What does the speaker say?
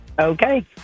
Okay